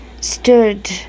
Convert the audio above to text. stood